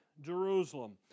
Jerusalem